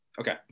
Okay